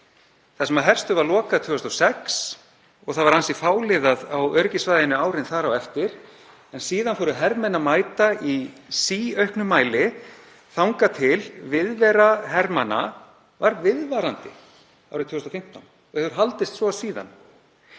þar sem herstöð var lokað 2006. Það var ansi fáliðað á öryggissvæðinu árin þar á eftir en síðan fóru hermenn að mæta í síauknum mæli þangað til viðvera hermanna var viðvarandi árið 2015 og hefur haldist svo síðan.